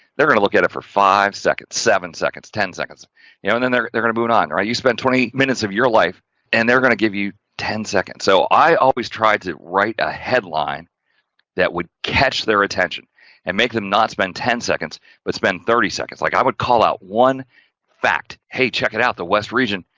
they're going to look at it for five seconds, seven seconds, ten seconds, you know, and then they're they're going boot on. all right, you spent twenty minutes of your life and they're going to give you ten seconds. so, i always tried to write a headline that would catch their attention and make them not spend ten seconds but spend thirty seconds like, i would call out one fact, hey, check it out the west region,